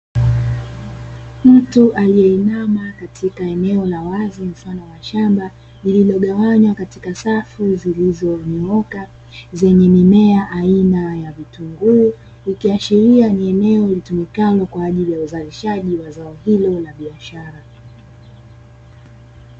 Mtu aliyeinama katika eneo la wazi mfano wa shamba, lililogawanywa katika safu zilizonyooka, zenye mimea aina ya vitunguu, ikiashiria ni eneo litumikalo kwa ajili ya uzalishaji wa zao hilo la biashara.